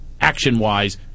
action-wise